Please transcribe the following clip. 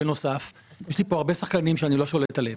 בנוסף, יש פה הרבה שחקנים שאני לא שולט עליהם.